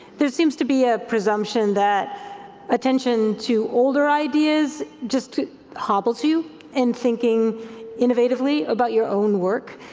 there seems to be a presumption that attention to older ideas just hobbles you in thinking innovatively about your own work.